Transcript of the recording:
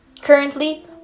Currently